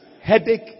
Headache